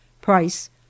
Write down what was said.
price